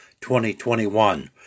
2021